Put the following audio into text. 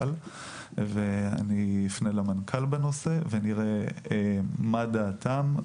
אפנה למנכ"ל בנושא ונראה מה דעתם.